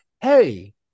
hey